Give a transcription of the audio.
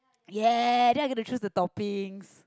yes then I can choose the toppings